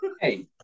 Hey